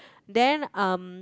then um